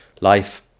life